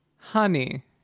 honey